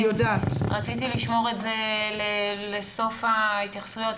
רציתי לשמור את זה לסוף ההתייחסויות,